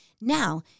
Now